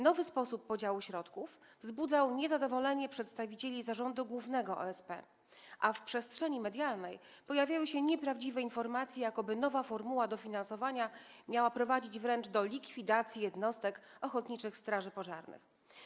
Nowy sposób podziału środków wzbudzał niezadowolenie przedstawicieli Zarządu Głównego OSP, a w przestrzeni medialnej pojawiały się nieprawdziwe informacje, jakoby nowa formuła dofinansowania miała prowadzić wręcz do likwidacji jednostek ochotniczych straży pożarnych.